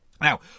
Now